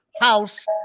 house